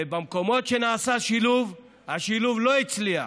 ובמקומות שנעשה שילוב השילוב לא הצליח,